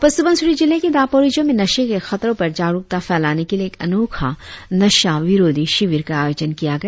अपर सुबनसिरी जिले के दापोरिजो में नशे के खतरों पर जागरुकता फैलाने के लिए एक अनोखा नशा विरोधी शिविर का आयोजन किया गया